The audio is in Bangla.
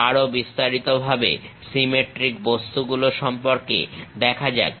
আরো বিস্তারিতভাবে সিমেট্রিক বস্তুগুলো সম্পর্কে দেখা যাক